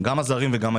גם הזרים וגם הישראלים,